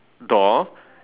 door